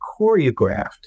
choreographed